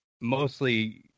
mostly